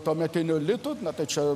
tuometinių litų na tai čia